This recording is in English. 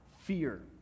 fear